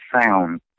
sound